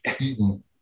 eaten